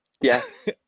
yes